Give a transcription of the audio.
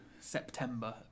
September